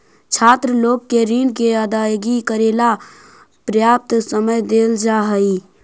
छात्र लोग के ऋण के अदायगी करेला पर्याप्त समय देल जा हई